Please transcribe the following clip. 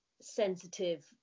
sensitive